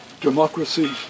Democracy